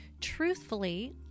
Truthfully